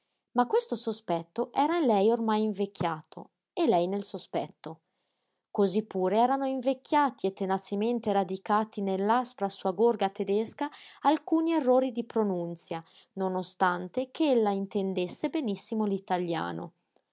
ma questo sospetto era in lei ormai invecchiato e lei nel sospetto cosí pure erano invecchiati e tenacemente radicati nell'aspra sua gorga tedesca alcuni errori di pronunzia non ostante che ella intendesse benissimo